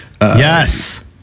yes